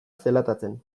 zelatatzen